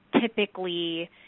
typically